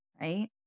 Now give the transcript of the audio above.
right